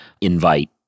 invite